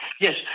Yes